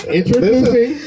introducing